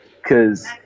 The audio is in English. Cause